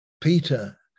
Peter